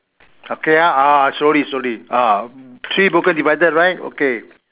okay ah ah slowly slowly ah three broken divider right okay